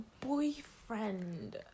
boyfriend